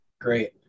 Great